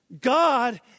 God